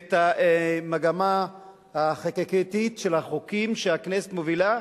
את המגמה החקיקתית של החוקים שהכנסת מובילה.